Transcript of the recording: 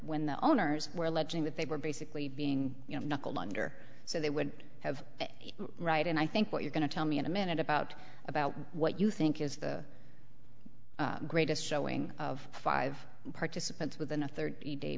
when the owners were alleging that they were basically being you know knuckle under so they would have right and i think what you're going to tell me in a minute about about what you think is the greatest showing of five participants within a thirty day